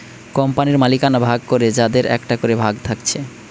কোম্পানির মালিকানা ভাগ করে যাদের একটা করে ভাগ থাকছে